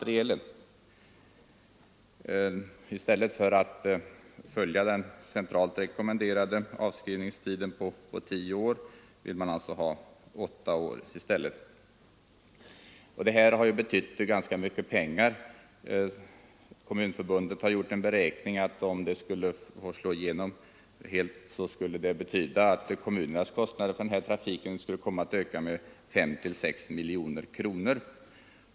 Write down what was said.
I stället för att följa den centralt rekommenderade avskrivningstiden tio år vill man ha åtta år. Det betyder ganska mycket pengar. Kommunförbundet har beräknat att om den avskrivningstiden skulle tillämpas generellt, så ökar kommunernas kostnader för denna trafik med 5—6 miljoner kronor.